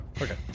okay